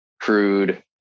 crude